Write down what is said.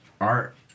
art